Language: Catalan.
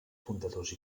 fundadors